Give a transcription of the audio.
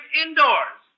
indoors